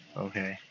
okay